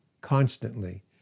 Constantly